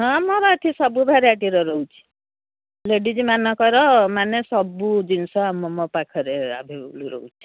ହଁ ମୋର ଅଛି ସବୁ ଭେରାଇଟିର ରହୁଛିି ଲେଡ଼ିଜ୍ ମାନଙ୍କର ମାନେ ସବୁ ଜିନିଷ ଆମ ମୋ ପାଖରେ ଆଭେଲେବୁଲ୍ ରହୁଛିି